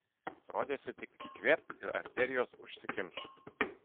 rodėsi tik įkvėpk ir arterijos užsikimš